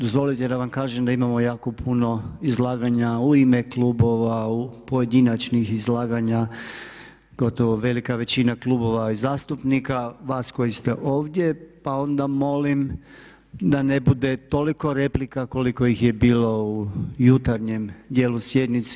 Dozvolite da vam kažem da imamo jako puno izlaganja u ime klubova, pojedinačnih izlaganja gotovo velika većina klubova i zastupnika, vas koji ste ovdje, pa onda molim da ne bude toliko replika koliko ih je bilo u jutarnjem dijelu sjednice.